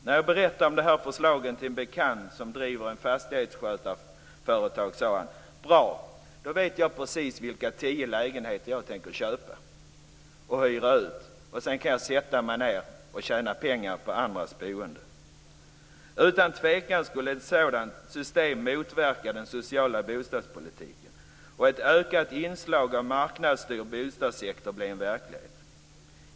När jag berättade om detta förslag för en bekant som driver ett fastighetsskötarföretag sade han: Bra, då vet jag precis vilka tio lägenheter jag tänker köpa och hyra ut. Sedan kan jag sätta mig ned och tjäna pengar på andras boende. Utan tvekan skulle ett sådant system motverka den sociala bostadspolitiken och ett ökat inslag av marknadsstyrd bostadssektor bli en verklighet.